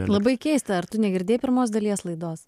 labai keista ar tu negirdėjai pirmos dalies laidos